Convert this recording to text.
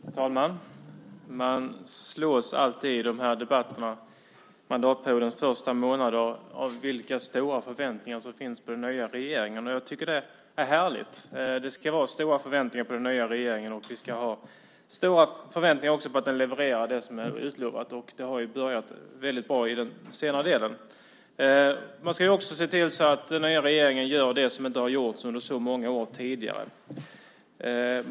Herr talman! Man slås alltid i debatterna under mandatperiodens första månader av vilka stora förväntningar som finns på den nya regeringen. Jag tycker att det är härligt. Det ska vara stora förväntningar på den nya regeringen, och vi ska också ha stora förväntningar på att den levererar det som är utlovat. Det har ju börjat väldigt bra i den senare delen. Man ska också se till att den nya regeringen gör det som inte har gjorts under så många år tidigare.